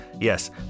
Yes